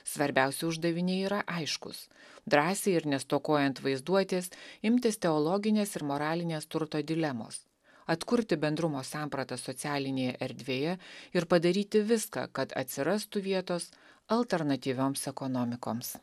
svarbiausi uždaviniai yra aiškūs drąsiai ir nestokojant vaizduotės imtis teologinės ir moralinės turto dilemos atkurti bendrumo sampratą socialinėje erdvėje ir padaryti viską kad atsirastų vietos alternatyvioms ekonomikoms